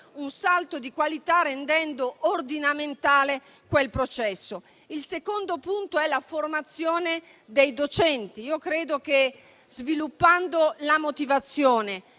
un salto di qualità, rendendo ordinamentale quel processo. Il secondo punto è la formazione dei docenti. Io credo che, sviluppando la motivazione,